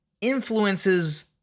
influences